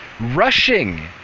rushing